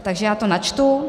Takže já to načtu.